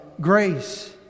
grace